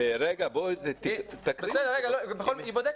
היא בודקת,